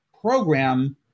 program